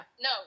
no